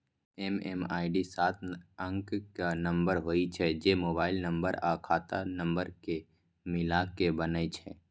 MMID सात अंकक नंबर होइ छै, जे मोबाइल नंबर आ खाता नंबर कें मिलाके बनै छै